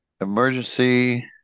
Emergency